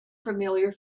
familiar